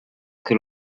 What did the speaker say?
che